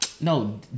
No